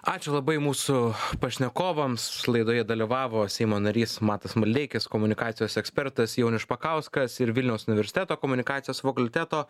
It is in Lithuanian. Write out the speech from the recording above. ačiū labai mūsų pašnekovams laidoje dalyvavo seimo narys matas maldeikis komunikacijos ekspertas jaunius špakauskas ir vilniaus universiteto komunikacijos fakulteto